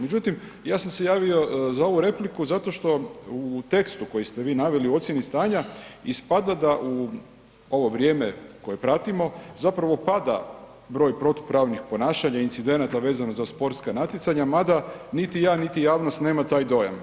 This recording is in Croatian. Međutim, ja sam se javio za ovu repliku zato što u tekstu kojeg ste vi naveli u ocjeni stanja ispada da u ovo vrijeme koje pratimo zapravo pada broj protupravnih ponašanja incidenata vezano za sportska natjecanja mada niti ja, niti javnost nema taj dojam.